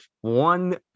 one